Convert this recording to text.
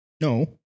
no